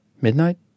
midnight